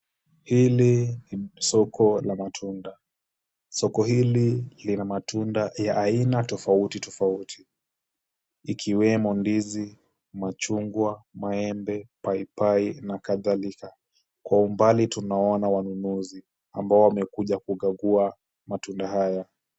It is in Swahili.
Hili ni soko la matunda. Soko hili lina matunda ya aina tofauti tofauti ikiwemo ndizi, machungwa, maembe, paipai na kadhalika. Kwa umbali tunaona wanunuzi ambao wamekuja kukagua matunda haya.